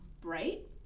bright